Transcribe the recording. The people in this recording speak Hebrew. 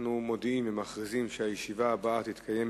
אנחנו מודיעים ומכריזים שהישיבה הבאה תתקיים,